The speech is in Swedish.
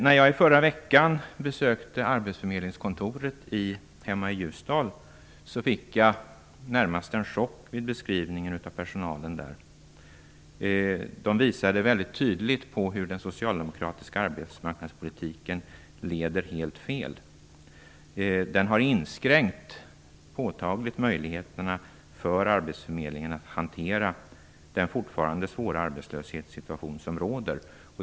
När jag i förra veckan besökte arbetsförmedlingskontoret hemma i Ljusdal fick jag närmast en chock vid beskrivningen från personalens sida. Den visade mycket tydligt hur den socialdemokratiska arbetsmarknadspolitiken leder helt fel. Denna har påtagligt inskränkt möjligheterna för arbetsförmedlingen att hantera den fortfarande svåra arbetslöshetssituation som råder.